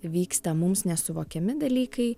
vyksta mums nesuvokiami dalykai